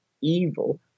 evil